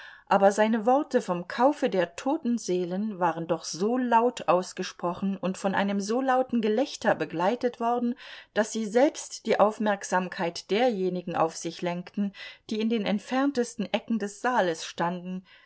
aber seine worte vom kaufe der toten seelen waren doch so laut ausgesprochen und von einem so lauten gelächter begleitet worden daß sie selbst die aufmerksamkeit derjenigen auf sich lenkten die in den entferntesten ecken des saales standen